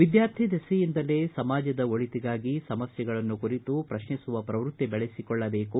ವಿದ್ಯಾರ್ಥಿ ದೆಸೆಯಿಂದಲೇ ಸಮಾಜದ ಒಳಿತಿಗಾಗಿ ಸಮಸ್ಥೆಗಳನ್ನು ಕುರಿತು ಪ್ರಶ್ನಿಸುವ ಪ್ರವೃತ್ತಿ ದೆಳೆಸಿಕೊಳ್ಳಬೇಕು